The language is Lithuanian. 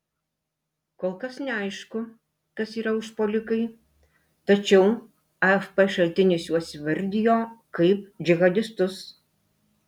kol kas neaišku kas yra užpuolikai tačiau afp šaltinis juos įvardijo kaip džihadistus